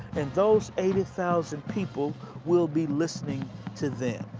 and those eighty thousand people will be listening to them.